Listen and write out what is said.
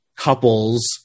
couples